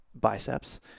biceps